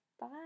Bye